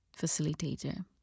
facilitator